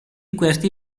questi